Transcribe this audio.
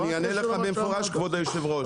אני אענה לך במפורש כבוד היושב ראש.